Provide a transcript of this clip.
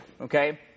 okay